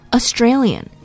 Australian